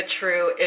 true